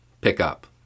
pickup